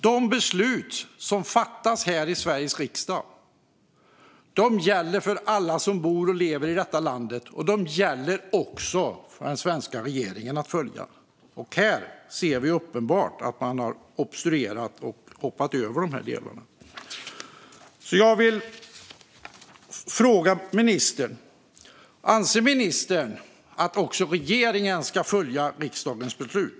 De beslut som fattas här i Sveriges riksdag gäller för alla som bor och lever i detta land, och de ska även följas av den svenska regeringen. Här ser vi uppenbart att man har obstruerat och hoppat över detta. Jag vill fråga ministern: Anser ministern att också regeringen ska följa riksdagens beslut?